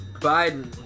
Biden